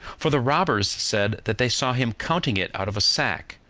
for the robbers said that they saw him counting it out of a sack,